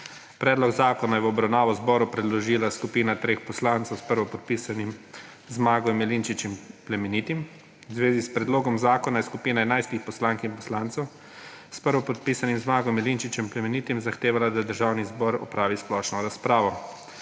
Predlog zakona je v obravnavo Državnemu zboru predložila skupina treh poslancev s prvopodpisanim Zmagom Jelinčičem Plemenitim. V zvezi s predlogom zakona je skupina 11 poslank in poslancev s prvopodpisanim Zmagom Jelinčičem Plemenitim zahtevala, da Državni zbor opravi splošno razpravo.